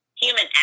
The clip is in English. human